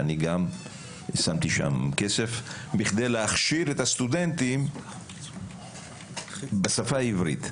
ששמתי שם כסף כדי להכשיר את הסטודנטים בשפה העברית.